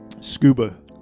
scuba